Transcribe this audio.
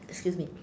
excuse me